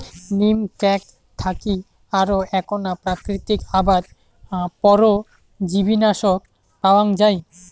নিম ক্যাক থাকি আরো এ্যাকনা প্রাকৃতিক আবাদ পরজীবীনাশক পাওয়াঙ যাই